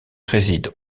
réside